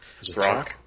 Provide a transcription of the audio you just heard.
Throck